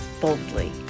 boldly